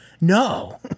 no